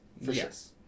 Yes